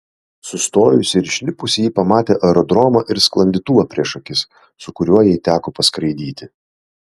sustojusi ir išlipusi ji pamatė aerodromą ir sklandytuvą prieš akis su kuriuo jai teko paskraidyti